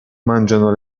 mangiano